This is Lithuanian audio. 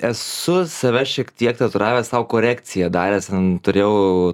esu save šiek tiek tatuiravęs sau korekciją daręs ten turėjau